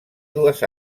dues